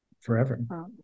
forever